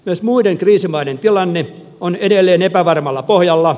myös muiden kriisimaiden tilanne on edelleen epävarmalla pohjalla